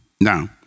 Now